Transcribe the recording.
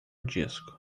disco